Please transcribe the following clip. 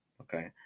okay